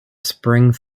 spring